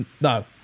no